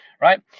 right